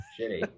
Shitty